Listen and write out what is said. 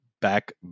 Back